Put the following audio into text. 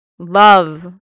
Love